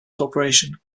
corporation